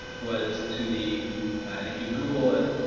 was to the and if you google it,